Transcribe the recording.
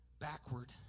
backward